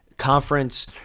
conference